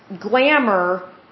glamour